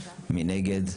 3. מי נגד?